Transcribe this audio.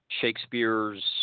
Shakespeare's